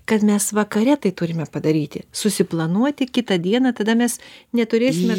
kad mes vakare tai turime padaryti susiplanuoti kitą dieną tada mes neturėsime